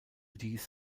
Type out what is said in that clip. dies